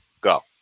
go